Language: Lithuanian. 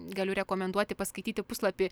galiu rekomenduoti paskaityti puslapį